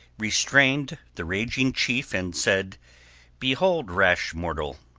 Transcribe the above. restrained the raging chief and said behold, rash mortal,